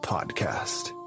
Podcast